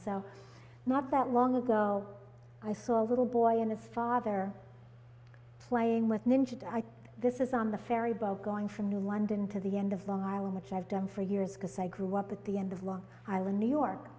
itself not that long ago i saw a little boy and his father playing with ninja i this is on the ferry boat going from new london to the end of long island which i've done for years because i grew up at the end of long island new york